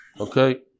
Okay